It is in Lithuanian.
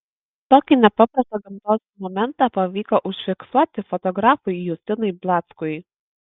tokį nepaprastą gamtos momentą pavyko užfiksuoti fotografui justinui blackui